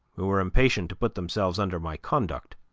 who were impatient to put themselves under my conduct